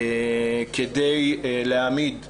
כדי להעמיד כלים,